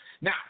Now